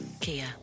Kia